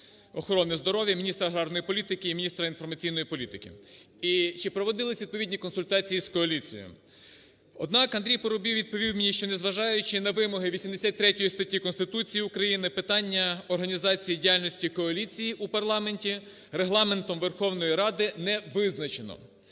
охорони здоров'я, міністра аграрної політики і міністра інформаційної політики, і чи проводились відповідні консультації з коаліцією. Однак, Андрій Парубій відповів мені, що, незважаючи на вимоги 83 статті Конституції України, питання організації і діяльності коаліції у парламенті Регламентом Верховної Ради не визначено.